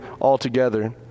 altogether